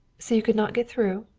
so you could not get through?